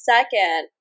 Second